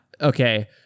okay